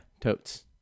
Totes